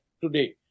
today